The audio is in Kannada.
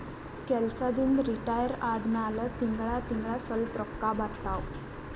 ಕೆಲ್ಸದಿಂದ್ ರಿಟೈರ್ ಆದಮ್ಯಾಲ ತಿಂಗಳಾ ತಿಂಗಳಾ ಸ್ವಲ್ಪ ರೊಕ್ಕಾ ಬರ್ತಾವ